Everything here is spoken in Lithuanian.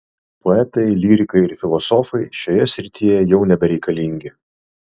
poetai lyrikai ir filosofai šioje srityje jau nebereikalingi